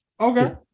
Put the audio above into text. okay